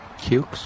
Cukes